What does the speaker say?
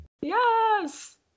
Yes